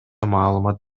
маалымат